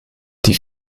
die